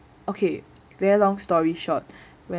okay very long story short